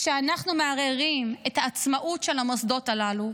כשאנחנו מערערים את העצמאות של המוסדות הללו,